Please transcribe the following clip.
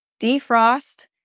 defrost